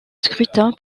scrutin